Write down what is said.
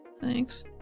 Thanks